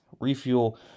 refuel